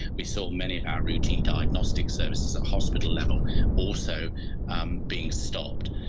we saw many of our routine diagnostic services at hospital level also um being stopped.